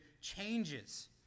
changes